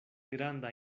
granda